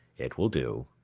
it will do!